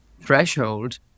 threshold